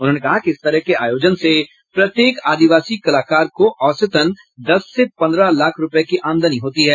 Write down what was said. उन्होंने कहा कि इस तरह के आयोजन से प्रत्येक आदिवासी कलाकार को औसतन दस से पंद्रह लाख रूपये की आमदनी होती है